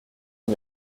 que